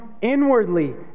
inwardly